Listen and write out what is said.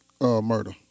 murder